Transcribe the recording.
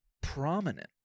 prominent